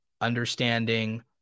understanding